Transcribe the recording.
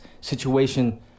situation